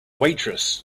waitress